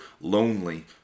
lonely